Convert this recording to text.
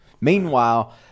Meanwhile